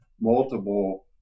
multiple